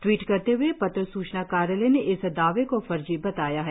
tweet करते हए पत्र सूचना कार्यालय ने इस दावे को फैक बताया है